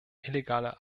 illegale